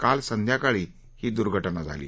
काल संध्याकाळी ही दुर्घटना झाली